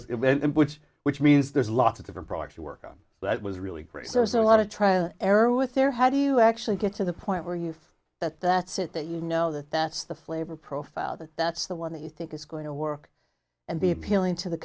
ok which means there's lots of different products to work on that was really great there's a lot of trial and error with there how do you actually get to the point where you say that that's it that you know that that's the flavor profile that that's the one that you think is going to work and be appealing to the